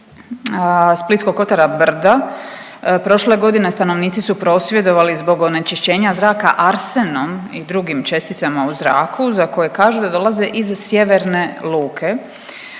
splitskog kotara Brda, prošle godine stanovnici su prosvjedovali zbog onečišćenja zraka arsenom i drugim česticama u zraku za koje kažu da dolaze iz sjeverne luke.